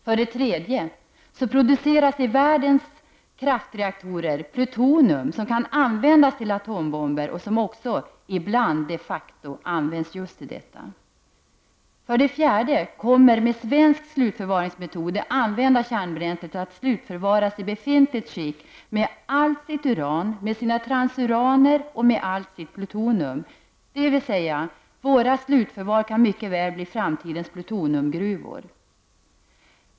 För det tredje produceras det i världens kraftreaktorer plutonium, som kan användas till atombomber och som också ibland, de facto, används just till detta. För det fjärde kommer, med den svenska slutförvaringsmetoden, det använda kärnbränslet att slutförvaras i befintligt skick med allt sitt uran, med sina transuraner och allt sitt plutonium, dvs. våra slutförvar kan mycket väl bli framtidens plutoniumgruvor.